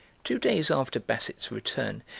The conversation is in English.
two days after basset's return,